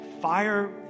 fire